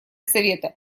совета